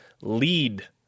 lead